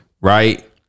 right